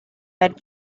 that